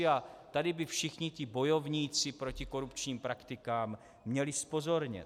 A tady by všichni ti bojovníci proti korupčním praktikám měli zpozornět.